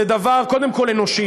זה דבר קודם כול אנושי,